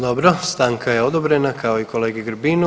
Dobro, stanka je odobrena kao i kolegi Grbinu.